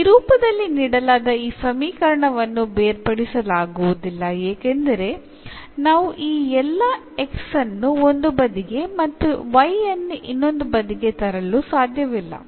ಈ ರೂಪದಲ್ಲಿ ನೀಡಲಾದ ಈ ಸಮೀಕರಣವನ್ನು ಬೇರ್ಪಡಿಸಲಾಗುವುದಿಲ್ಲ ಏಕೆಂದರೆ ನಾವು ಈ ಎಲ್ಲ x ಅನ್ನು ಒಂದು ಬದಿಗೆ ಮತ್ತು y ಅನ್ನು ಇನ್ನೊಂದು ಬದಿಗೆ ತರಲು ಸಾಧ್ಯವಿಲ್ಲ